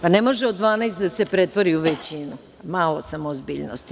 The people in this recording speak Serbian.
Ne može od 12 da se pretvori u većinu, malo samo ozbiljnosti.